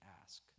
ask